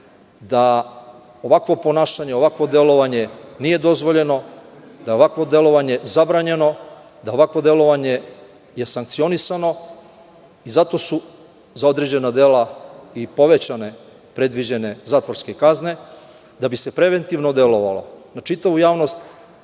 da ovakvo ponašanje, ovakvo delovanje nije dozvoljeno, da je ovakvo delovanja zabranjeno, da ovakvo delovanje je sankcionisano. Zato su za određena dela i povećane predviđene zatvorske kazne da bi se preventivno delovalo na čitavu javnost,